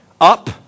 Up